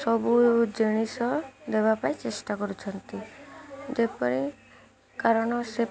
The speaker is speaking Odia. ସବୁ ଜିନିଷ ଦେବା ପାଇଁ ଚେଷ୍ଟା କରୁଛନ୍ତି ଯେପରି କାରଣ ସେ